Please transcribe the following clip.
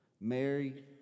Mary